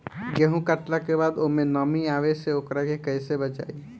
गेंहू कटला के बाद ओमे नमी आवे से ओकरा के कैसे बचाई?